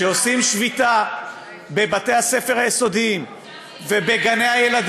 כשעושים שביתה בבתי-הספר היסודיים ובגני-הילדים